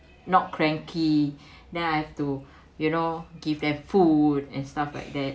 not cranky then I have to you know give them food and stuff like that